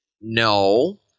No